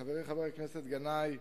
חברי חבר הכנסת גנאים,